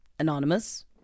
Anonymous